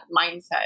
mindset